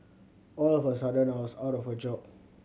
all of a sudden I was out of a job